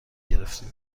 گرفتید